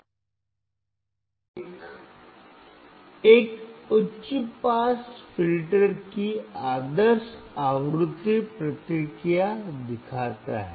चित्र 1 एक उच्च पास फिल्टर की आदर्श आवृत्ति प्रतिक्रिया दिखाता है